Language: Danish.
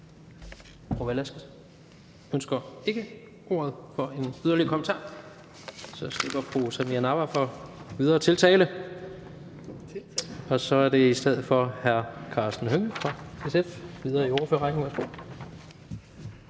så er det i stedet hr. Karsten Hønge fra SF,